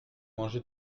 mangé